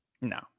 No